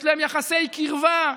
יש להם יחסי קרבה.